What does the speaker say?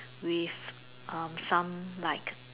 with um some like